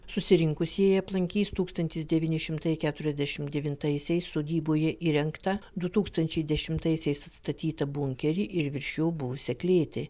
susirinkusieji aplankys tūkstantis devyni šimtai keturiasdešimt devintaisiais sodyboje įrengtą du tūkstančiai dešimtaisiais atstatytą bunkerį ir virš jo buvusią klėtį